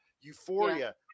Euphoria